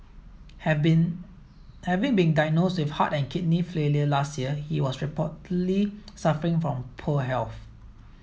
have been having been diagnosed with heart and kidney failure last year he was reportedly suffering from poor health